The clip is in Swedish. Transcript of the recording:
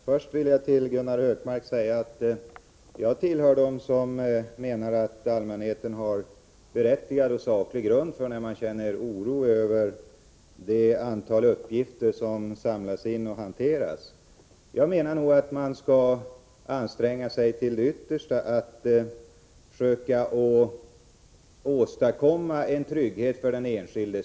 Herr talman! Först vill jag till Gunnar Hökmark säga att jag tillhör dem som menar att allmänheten har berättigad och saklig grund när den känner oro över det antal uppgifter som samlas in och hanteras. Jag tycker nog att man bör anstränga sig till det yttersta att försöka åstadkomma en trygghet för den enskilde.